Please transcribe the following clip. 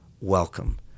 welcome